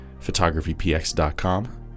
photographypx.com